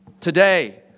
Today